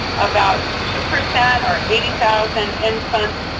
about two percent or eighty thousand infants.